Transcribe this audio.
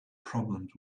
problems